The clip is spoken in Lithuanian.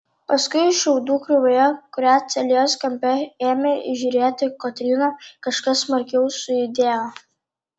paskui šiaudų krūvoje kurią celės kampe ėmė įžiūrėti kotryna kažkas smarkiau sujudėjo